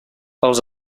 els